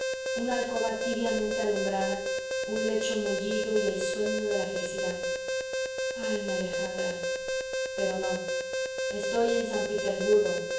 una alcoba tibiamente alumbrada un lecho mullido y el sueño de la felicidad ay mi alejandra pero no estoy en san petersburgo